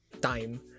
time